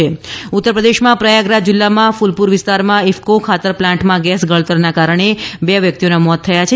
ઉત્તર પ્રદેશ ગેસ ગળતર ઉત્તર પ્રદેશમાં પ્રયાગરાજ જિલ્લામાં ફ્લપુર વિસ્તારમાં ઇફ્કો ખાતર પ્લાન્ટમાં ગેસ ગળતરના કારણે બે વ્યક્તિઓનો મોત થયા છે